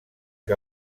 que